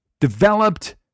developed